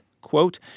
Quote